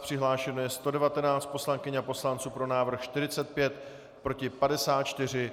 Přihlášeno je 119 poslankyň a poslanců, pro návrh 45, proti 54.